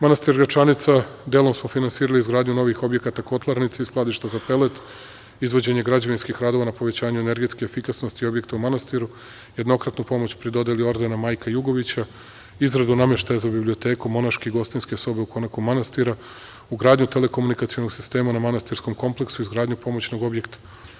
Manastir Gračanica - delom smo finansirali izgradnju novih objekata kotlarnice i skladišta za pelet, izvođenje građevinskih radova na povećanju energetske efikasnosti objekta u manastiru, jednokratnu pomoć pri dodeli ordena „Majka Jugovića“, izradu nameštaja za biblioteku monaške gostinske sobe u konaku manastira, ugradnju telekomunikacionog sistema na manastirskom kompleksu i izgradnju pomoćnog objekta.